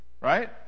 Right